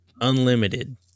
Unlimited